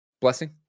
blessing